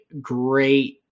great